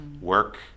work